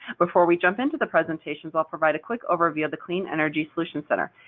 before we jump into the presentations, i'll provide a quick overview of the clean energy solutions center,